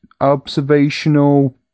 observational